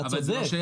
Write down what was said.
אבל זה לא שייך.